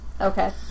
Okay